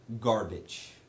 garbage